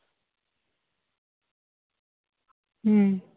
ᱦᱩᱸ